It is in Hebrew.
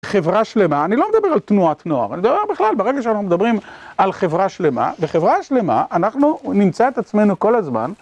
חברה שלמה, אני לא מדבר על תנועת נוער, אני מדבר בכלל, ברגע שאנחנו מדברים על חברה שלמה, בחברה שלמה אנחנו נמצא את עצמנו כל הזמן.